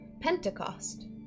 Pentecost